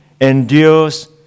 endures